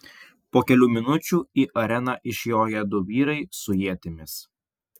po kelių minučių į areną išjoja du vyrai su ietimis